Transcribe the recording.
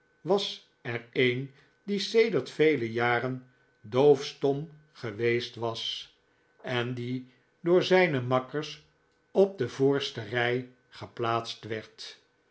was er een die sedert vele jaren doofstom geweest was en die door zijne makkers op de voorste rij geplaatst werd